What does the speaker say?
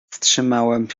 wstrzymałem